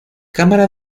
cámara